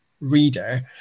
reader